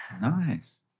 Nice